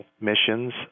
missions